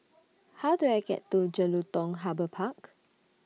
How Do I get to Jelutung Harbour Park